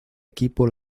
equipo